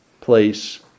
place